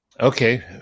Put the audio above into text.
Okay